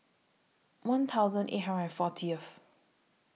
one thousand eight hundred and fortieth